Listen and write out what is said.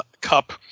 cup